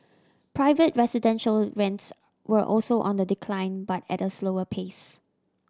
private residential rents were also on the decline but at a slower pace